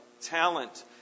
talent